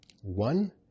One